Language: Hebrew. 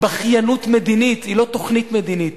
בכיינות מדינית היא לא תוכנית מדינית.